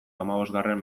hamabosgarren